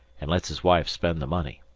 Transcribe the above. and lets his wife spend the money,